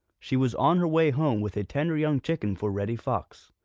she was on her way home with a tender young chicken for reddy fox.